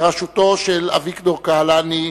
בראשותו של אביגדור קהלני,